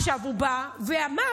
הוא בא ואמר,